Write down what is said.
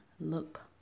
look